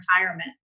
retirement